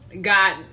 God